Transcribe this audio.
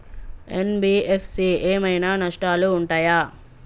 NBFC ఏమైనా నష్టాలు ఉంటయా?